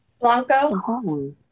Blanco